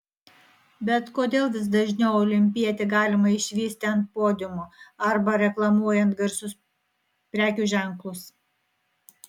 bet kodėl vis dažniau olimpietį galima išvysti ant podiumo arba reklamuojant garsius prekių ženklus